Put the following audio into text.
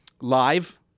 Live